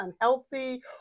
unhealthy